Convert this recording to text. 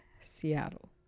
Seattle